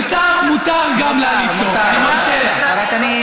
מותר גם לה לצעוק, אני מרשה לה.